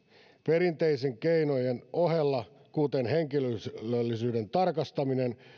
perinteisten keinojen ohella kuten henkilöllisyyden tarkastamisen